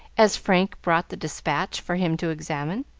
as frank brought the despatch for him to examine.